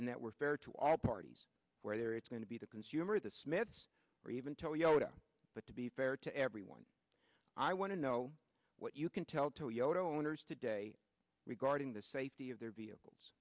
and that we're fair to all parties where it's going to be the consumer the smiths or even toyota but to be fair to everyone i want to know what you can tell toyota owners today regarding the safety of their vehicles